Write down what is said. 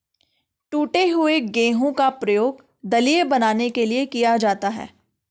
टूटे हुए गेहूं का प्रयोग दलिया बनाने के लिए किया जाता है